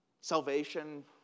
Salvation